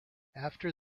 after